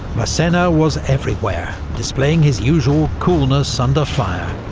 massena was everywhere, displaying his usual coolness under fire,